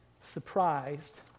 Surprised